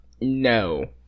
no